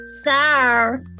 Sir